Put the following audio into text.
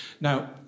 Now